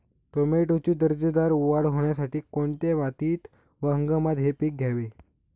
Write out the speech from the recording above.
टोमॅटोची दर्जेदार वाढ होण्यासाठी कोणत्या मातीत व हंगामात हे पीक घ्यावे?